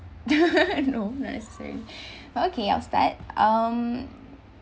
no not necessarily but okay I'll start um